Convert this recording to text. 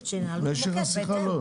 השיחה.